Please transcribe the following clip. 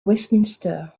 westminster